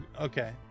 okay